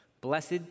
Blessed